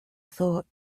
thought